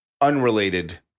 unrelated